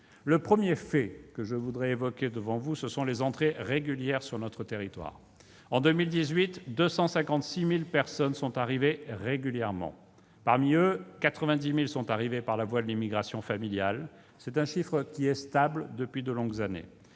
Le premier fait que je veux évoquer, ce sont les entrées régulières sur notre territoire. En 2018, 256 000 personnes sont arrivées régulièrement. Parmi elles, 90 000 sont arrivées par la voie de l'immigration familiale ; ce chiffre est stable depuis de longues années.